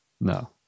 No